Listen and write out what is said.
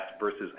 versus